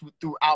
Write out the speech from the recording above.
throughout